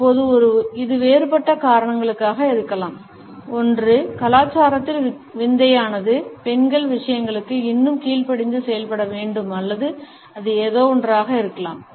இப்போது இது வேறுபட்ட காரணங்களுக்காக இருக்கலாம் ஒன்று கலாச்சாரத்தில் விந்தையானது பெண்கள் விஷயங்களுக்கு இன்னும் கீழ்ப்படிந்து செயல்பட வேண்டும் அல்லது அது ஏதோவொன்றாக இருக்கலாம்